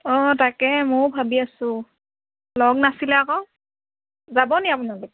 অঁ তাকে ময়ো ভাবি আছোঁ লগ নাছিলে আকৌ যাবনি আপোনালোক